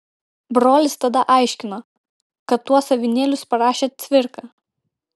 brolis tada aiškino kad tuos avinėlius parašė cvirka